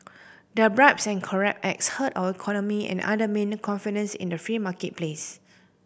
their bribes and corrupt acts hurt our economy and undermine confidence in the free marketplace